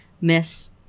Miss